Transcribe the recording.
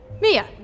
Mia